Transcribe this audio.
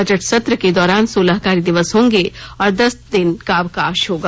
budget सत्र के दौरान सोलह कार्य दिवस होंगे और दस दिनों का अवकाश होगा